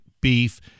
beef